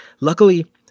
Luckily